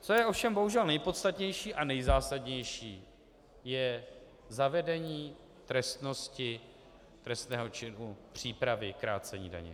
Co je ovšem bohužel nejpodstatnější a nejzásadnější, je zavedení trestnosti trestného činu přípravy krácení daně.